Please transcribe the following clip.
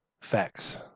facts